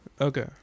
okay